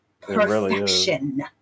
perfection